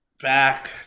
back